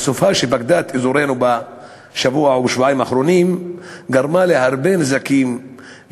הסופה שפקדה את אזורנו בשבוע או בשבועיים האחרונים גרמה להרבה נזקים,